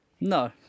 No